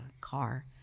car